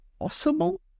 possible